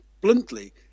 bluntly